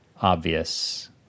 obvious